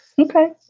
Okay